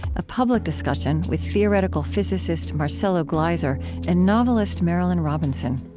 a public discussion with theoretical physicist marcelo gleiser and novelist marilynne robinson